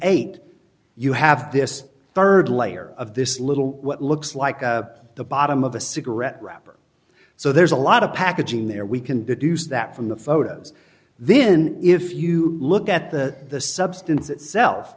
eight you have this third layer of this little what looks like the bottom of a cigarette wrapper so there's a lot of packaging there we can deduce that from the photos then if you look at the the substance itself